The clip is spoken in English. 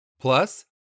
Plus